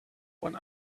one